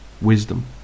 Wisdom